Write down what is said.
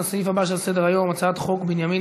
לסעיף הבא שעל סדר-היום: הצעת חוק בנימין